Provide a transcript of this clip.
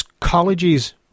colleges